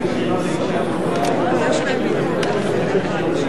רבותי, על ההסתייגות של